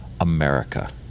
America